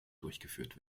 durchgeführt